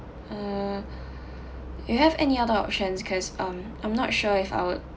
uh you have any other options cause um I'm not sure if I would